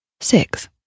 six